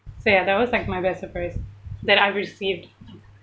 so ya that was like my best surprise that I received